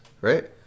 right